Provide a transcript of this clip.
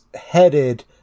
headed